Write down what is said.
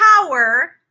power